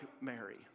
Mary